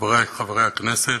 חברי חברי הכנסת,